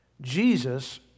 Jesus